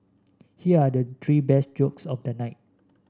here are the three best jokes of the night